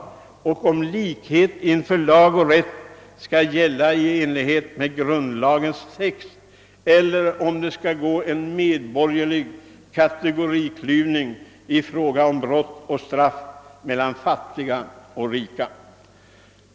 Det är också fråga om huruvida likhet inför lag och rätt skall gälla i enlighet med grundlagens text eller om vi skall ha en medborgerlig kategoriklyvning i fråga om brott och straff mellan fattiga och rika.